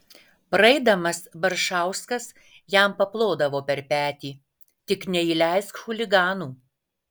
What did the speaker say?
praeidamas baršauskas jam paplodavo per petį tik neįleisk chuliganų